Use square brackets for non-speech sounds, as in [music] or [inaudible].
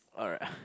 alright [breath]